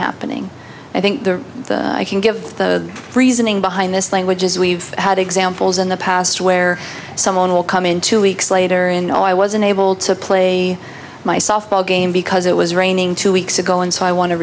happening i think the i can give the reasoning behind this languages we've had examples in the past where someone will come in two weeks later and i was unable to play my softball game because it was raining two weeks ago and so i wan